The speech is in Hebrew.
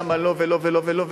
למה לא ולא ולא,